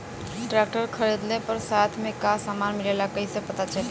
Tractor खरीदले पर साथ में का समान मिलेला कईसे पता चली?